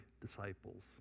disciples